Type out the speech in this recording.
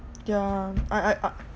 yeah I I uh